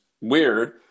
weird